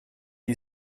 you